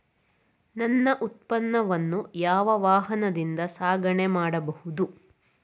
ನನ್ನ ಉತ್ಪನ್ನವನ್ನು ಯಾವ ವಾಹನದಿಂದ ಸಾಗಣೆ ಮಾಡಬಹುದು?